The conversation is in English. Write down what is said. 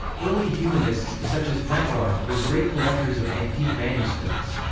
early humanists, such as petrarch, were great collectors of antique manuscripts.